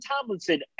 Tomlinson